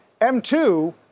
M2